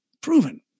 proven